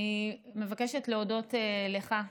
אני מבקשת להודות לך,